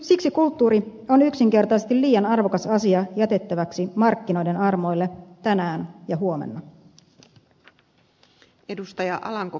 siksi kulttuuri on yksinkertaisesti liian arvokas asia jätettäväksi markkinoiden armoille tänään ja huomenna